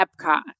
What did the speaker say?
Epcot